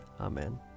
Amen